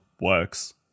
works